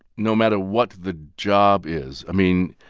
no matter what the job is i mean,